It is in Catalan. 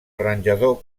arranjador